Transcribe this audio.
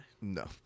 No